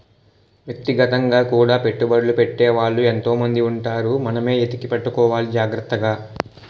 వ్యక్తిగతంగా కూడా పెట్టుబడ్లు పెట్టే వాళ్ళు ఎంతో మంది ఉంటారు మనమే ఎతికి పట్టుకోవాలి జాగ్రత్తగా